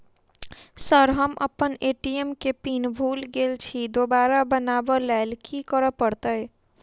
Sir हम अप्पन ATM केँ पिन भूल गेल छी दोबारा बनाब लैल की करऽ परतै?